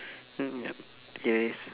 mm yup it is